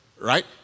right